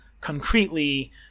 concretely